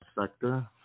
sector